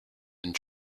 and